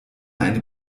eine